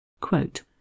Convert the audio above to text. quote